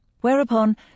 Whereupon